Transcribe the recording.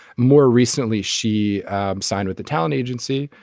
more recently she signed with the talent agency.